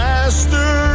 Master